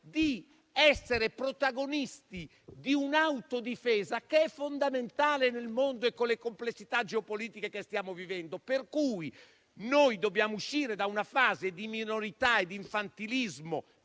di essere protagonisti di un'autodifesa che è fondamentale nel mondo e con le complessità geopolitiche che stiamo vivendo. Dobbiamo uscire quindi da una fase di minorità ed infantilismo